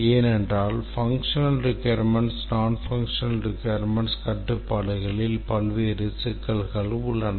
ஏனென்றால் functional requirement non functional requirements கட்டுப்பாடுகளில் பல்வேறு சிக்கல்கள் உள்ளன